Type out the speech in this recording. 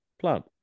plant